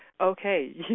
okay